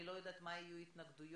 אני לא יודעת מה יהיו ההתנגדויות,